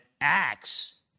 Acts